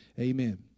Amen